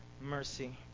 mercy